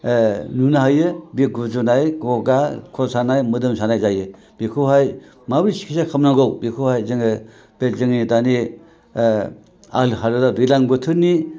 नुनो हायो बे गुजुनाय गगा खर' सानाय मोदोम सानाय जायो बेखौहाय माबोरै सिखिदसा खालामनांगौ बेखौहाय जोङो बेखिनि दानि हालोद दैज्लां बोथोरनि